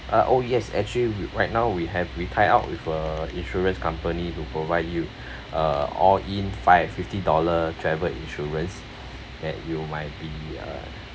uh oh yes actually right now we have we tie up with uh insurance company to provide you uh all in five fifty dollar travel insurance that you might be uh